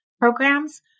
programs